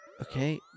Okay